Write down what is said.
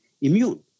immune